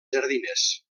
jardiners